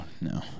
No